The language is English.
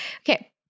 okay